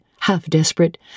half-desperate